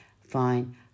fine